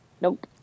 Nope